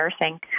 nursing